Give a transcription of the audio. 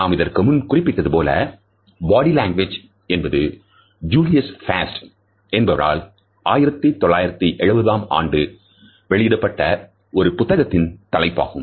நாம் இதற்கு முன் குறிப்பிட்டதுபோல Body Language என்பது Julius Fast என்பவரால் 1970 ஆண்டு வெளியிடப்பட்ட ஒரு புத்தகத்தின் தலைப்பாகும்